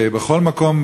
ובכל מקום,